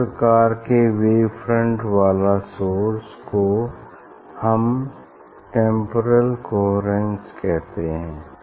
इस प्रकार के वेव फ्रंट वाला सोर्स को हम टेम्पोरल कोहेरेन्स कहेंगे